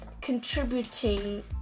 contributing